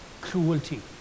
cruelty